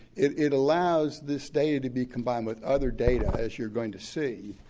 it it allows this data to be combined with other data as you're going to see,